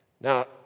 Now